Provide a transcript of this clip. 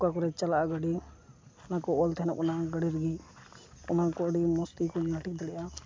ᱚᱠᱟ ᱠᱚᱨᱮ ᱪᱟᱞᱟᱜᱼᱟ ᱜᱟᱹᱰᱤ ᱚᱱᱟᱠᱚ ᱚᱞ ᱛᱟᱦᱮᱱᱟ ᱚᱱᱟ ᱜᱟᱹᱰᱤ ᱨᱮᱜᱮ ᱚᱱᱟᱠᱚ ᱟᱹᱰᱤ ᱢᱚᱡᱽ ᱛᱮᱠᱚ ᱧᱮᱞ ᱴᱷᱤᱠ ᱫᱟᱲᱮᱜᱼᱟ